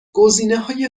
گزینههای